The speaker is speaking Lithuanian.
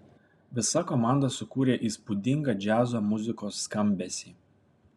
visa komanda sukūrė įspūdingą džiazo muzikos skambesį